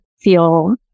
feel